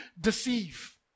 deceive